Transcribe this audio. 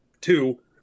Two